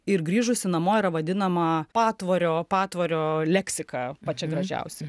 ir grįžusi namo yra vadinama patvorio patvorio leksika pačia gražiausia